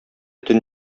төн